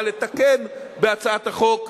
מה לתקן בהצעת החוק,